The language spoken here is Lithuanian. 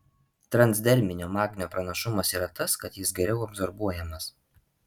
transderminio magnio pranašumas yra tas kad jis geriau absorbuojamas